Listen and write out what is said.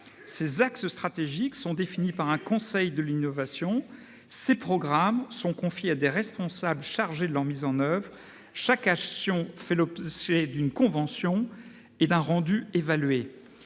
Ses axes stratégiques sont définis par un conseil de l'innovation, ses programmes confiés à des responsables chargés de leur mise en oeuvre, chaque action faisant l'objet d'une convention et d'un rendu évalué.